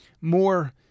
more